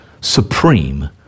supreme